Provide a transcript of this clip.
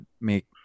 make